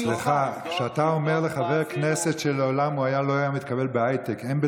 תיכנס לכנסת, תבדוק, סתם ח"כ שונא זה לא, תבדוק מה